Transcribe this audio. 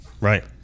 Right